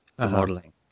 Modeling